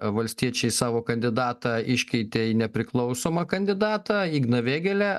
valstiečiai savo kandidatą iškeitė į nepriklausomą kandidatą igną vėgėlę